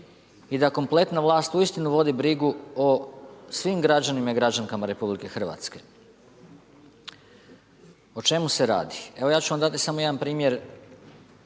i da kompletna vlast uistinu vodi brigu o svim građanima i građankama RH. O čemu se radi? Evo ja ću vam dati samo jedan primjer,